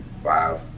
Five